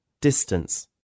Distance